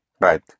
right